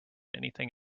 anything